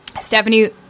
Stephanie